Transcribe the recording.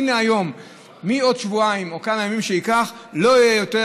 מבעוד שבועיים או כמה ימים שייקח לא יהיו יותר